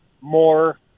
more